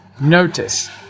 Notice